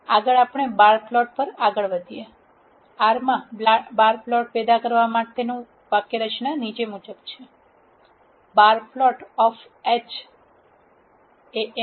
આગળ આપણે bar plot પર વધીએ R માં બાર પ્લોટ પેદા કરવા માટેનું વાક્યરચના નીચે મુજબ છે બાર પ્લોટ ઓફ એચ